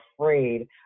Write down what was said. afraid